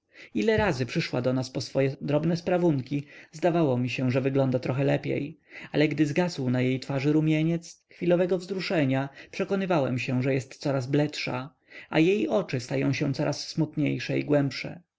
ile razy przyszła do nas po swoje drobne sprawunki zdawało mi się że wygląda trochę lepiej ale gdy zgasł na jej twarzy rumieniec chwilowego wzruszenia przekonywałem się że jest coraz bledsza a jej oczy stają się coraz smutniejsze i głębsze